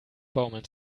baumeln